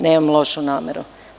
Nemam lošu nameru.